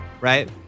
Right